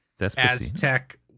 Aztec